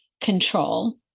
control